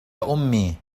أمي